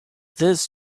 this